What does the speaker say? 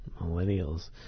Millennials